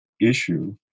issue